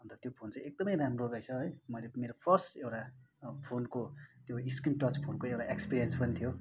अन्त त्यो फोन चाहिँ एकदमै राम्रो रहेछ है मैले मेरो फर्स्ट एउटा फोनको त्यो स्क्रिन टच फोनको एउटा एक्सपिरियन्स पनि थियो